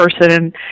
person